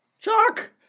Chuck